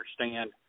understand